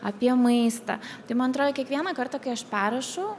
apie maistą tai man atrodo kiekvieną kartą kai aš parašo